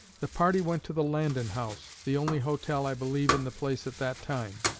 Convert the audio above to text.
the party went to the landon house the only hotel, i believe, in the place at that time.